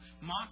mock